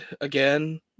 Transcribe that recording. again